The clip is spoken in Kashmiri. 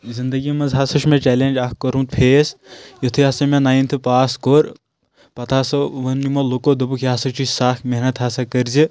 زندگی منٛز ہسا چھُ مےٚ چلینٛج اکھ کوٚرمُت فیس یُتھُے ہسا مےٚ ناینتھہٕ پاس کوٚر پتہٕ ہسا ووٚن یِمو لوکو دوٚپُکھ یہِ ہسا چھُے کس محنت ہسا کٔرۍ زِ